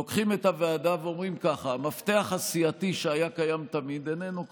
לוקחים את הוועדה ואומרים ככה: המפתח הסיעתי שהיה קיים תמיד איננו כבר,